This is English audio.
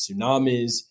tsunamis